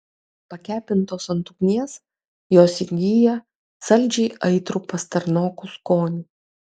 pakepintos ant ugnies jos įgyja saldžiai aitrų pastarnokų skonį